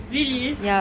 really